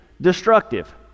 destructive